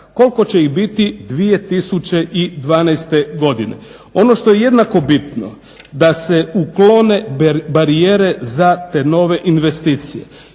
koliko će biti 2012. godine. Ono što je jednako bitno, da se uklone barijere za te nove investicije